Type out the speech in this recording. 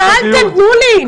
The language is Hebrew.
שאלתם, תנו לי.